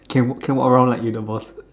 can walk can walk around like you the boss